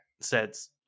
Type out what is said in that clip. says